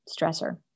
stressor